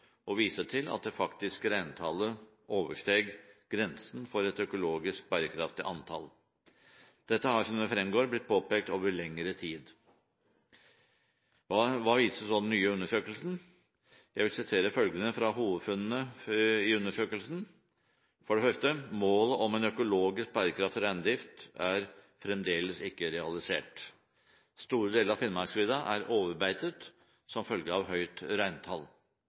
og viste til at det faktiske reintallet oversteg grensen for et økologisk bærekraftig antall. Dette har, som det fremgår, blitt påpekt over lengre tid. Hva viste så den nye undersøkelsen? Jeg vil sitere følgende fra hovedfunnene i undersøkelsen. For det første: «Målet om en økologisk bærekraftig reindrift er fremdeles ikke realisert. Store deler av Finnmarksvidda er overbeitet, som følge av et for høyt reintall.